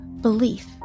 belief